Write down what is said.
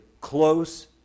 close